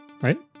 right